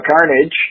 Carnage